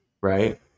right